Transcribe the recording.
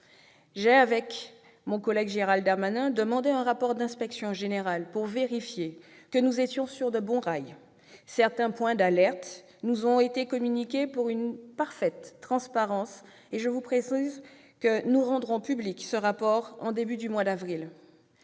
Avec mon collègue Gérald Darmanin, j'ai demandé un rapport d'inspection générale pour vérifier que nous étions sur de bons rails. Certains points d'alerte nous ont été communiqués et, pour une parfaite transparence, je vous précise que nous rendrons public ce rapport au début du mois d'avril.